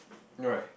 no right